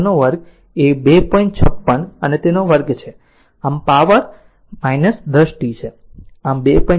56 અને તે વર્ગ છે આમ પાવર 10 t આમ 2